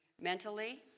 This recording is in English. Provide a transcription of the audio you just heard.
mentally